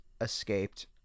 escaped